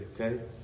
okay